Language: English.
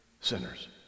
sinners